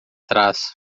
trás